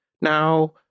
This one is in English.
now